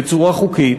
בצורה חוקית,